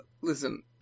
listen